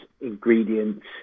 ingredients